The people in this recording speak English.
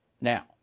now